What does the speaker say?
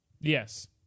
Yes